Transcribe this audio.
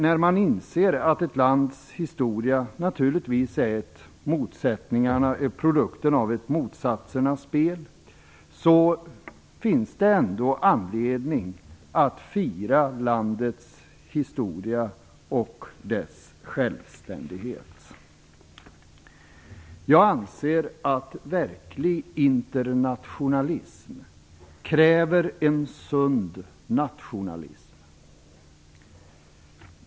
När man inser att ett lands historia är produkten av ett motsatsernas spel, finns det ändå anledning att fira landets historia och dess självständighet. Jag anser att verklig internationalism kräver en sund nationalism.